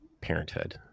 parenthood